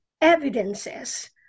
evidences